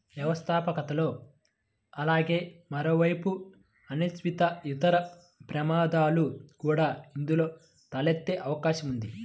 వ్యవస్థాపకతలో అలాగే మరోవైపు అనిశ్చితి, ఇతర ప్రమాదాలు కూడా ఇందులో తలెత్తే అవకాశం ఉంది